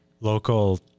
local